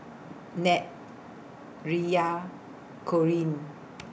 Nat Riya Corinne